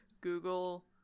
Google